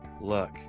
Look